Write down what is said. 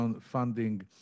funding